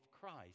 Christ